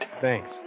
Thanks